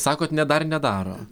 sakot ne dar nedaro